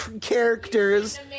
characters